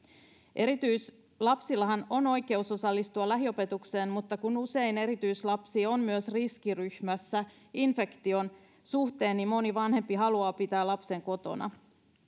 erityislapsillahan on oikeus osallistua lähiopetukseen mutta kun usein erityislapsi on myös riskiryhmässä infektion suhteen niin moni vanhempi haluaa pitää lapsen kotona